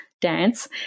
dance